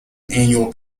annual